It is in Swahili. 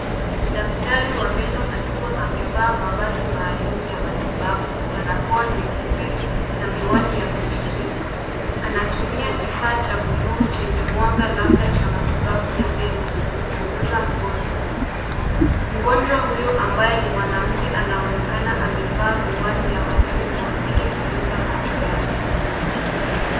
Daktari wa meno akiwa amevaa mavazi maalum ya matibabu, barakoa nyeupe na miwani ya kujikinga . Anatumia kifaa cha bluu chenye mwanga labda cha matibabu ya meno kuchunguza mgonjwa, mgonjwa huyu ambaye ni mwanamke anaonekana amevaa miwani ya machungwa ili kulinda macho yake.